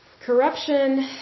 corruption